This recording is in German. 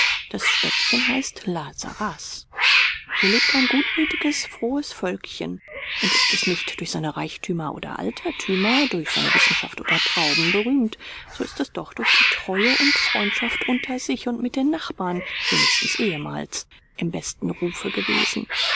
das städtchen heißt la sarraz hier lebt ein gutmütiges frohes völkchen und ist es nicht durch seine reichtümer oder altertümer durch seine wissenschaft oder trauben berühmt so ist es doch durch die treue und freundschaft unter sich und mit den nachbarn wenigstens ehemals im besten rufe gewesen